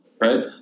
right